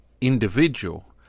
individual